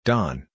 Don